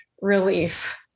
relief